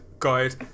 guide